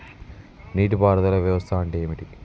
నీటి పారుదల వ్యవస్థ అంటే ఏంటి?